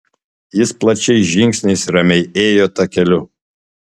jis plačiais žingsniais ramiai ėjo takeliu